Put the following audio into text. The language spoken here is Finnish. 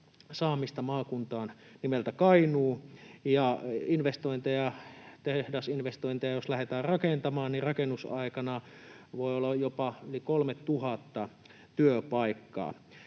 saamista maakuntaan nimeltä Kainuu, ja tehdasinvestointeja jos lähdetään rakentamaan, niin rakennusaikana voi olla jopa yli 3 000 työpaikkaa.